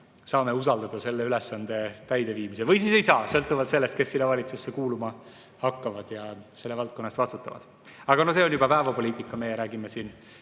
saame usaldada selle ülesande täideviimisel. Või siis ei saa, sõltuvalt sellest, kes sinna valitsusse kuuluma ja selle valdkonna eest vastutama hakkavad. Aga see on juba päevapoliitika, meie räägime siin